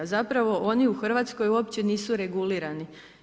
Zapravo oni u Hrvatskoj uopće nisu regulirani.